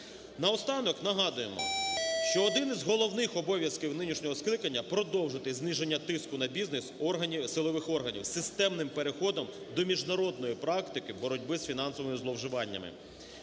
Наостанок нагадуємо, що один із головних обов'язків нинішнього скликання продовжити зниження тиску на бізнес силових органів системним переходом до міжнародної практики боротьби з фінансовими зловживаннями.